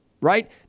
right